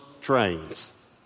trains